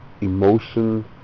emotion